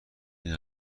این